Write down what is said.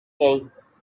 gates